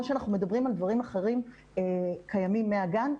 שאנחנו מדברים על דברים אחרים שקיימים מהגן.